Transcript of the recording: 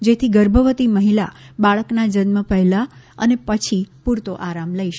જેથી ગર્ભવતી મહિલા બાળકનાં જન્મ પહેલા અને પછી પૂરતો આરામ લઈ શકે